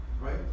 Right